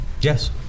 Yes